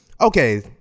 okay